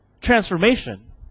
transformation